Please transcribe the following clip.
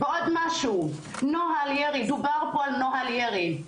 ועוד משהו, דובר פה על נוהל ירי.